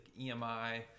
emi